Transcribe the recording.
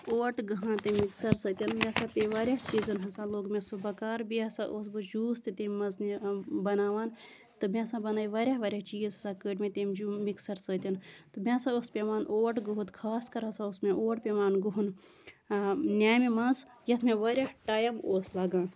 اوٹ گٔہان تَمہِ مِکسر سۭتۍ مےٚ ہسا پیٚیہِ واریاہَن چیٖزَن ہسا لوٚگ مےٚ سُہ بَکار بیٚیہِ ہسا اوس بہٕ جوٗس تہِ تَمہِ منز بَناوان تہٕ مےٚ ہسا بَنے واریاہ واریاہ چیٖز ہسا کٔر مےٚ تَمہِ جوٗ مِکسر سۭتۍ بیٚیہِ ہسا واس مےٚ پٮ۪وان اوٹ گٔہُن خاص کر ہسا اوس مےٚ پٮ۪وان اوٹ گٔہُن نِیامہِ منٛز یَتھ مےٚ واریاہ ٹایم اوس لَگان